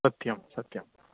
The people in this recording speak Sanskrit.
सत्यं सत्यं